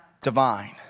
divine